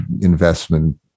investment